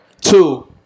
Two